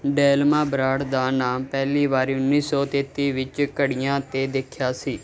Delma brand ਦਾ ਨਾਮ ਪਹਿਲੀ ਵਾਰੀ ਉੱਨੀ ਸੌ ਤੇਤੀ ਵਿੱਚ ਘੜੀਆਂ 'ਤੇ ਦੇਖਿਆ ਸੀ